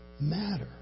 matter